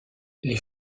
les